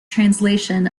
translation